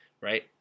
right